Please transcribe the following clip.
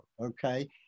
okay